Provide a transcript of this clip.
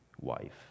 wife